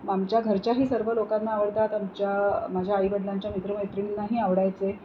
आमच्या घरच्याही सर्व लोकांना आवडतात आमच्या माझ्या आई वडिलांच्या मित्रमैत्रिणींनाही आवडायचे